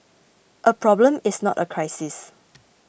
a problem is not a crisis